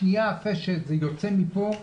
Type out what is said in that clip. שנייה אחרי שזה יוצא מפה,